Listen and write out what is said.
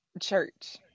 church